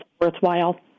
worthwhile